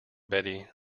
betty